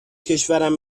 کشورم